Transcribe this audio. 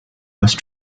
most